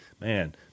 man